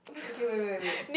okay wait wait wait